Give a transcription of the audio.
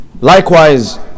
Likewise